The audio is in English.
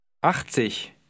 Achtzig